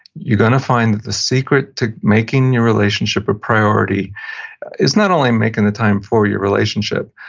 you're going to find that the secret to making your relationship a priority is not only making the time for your relationship,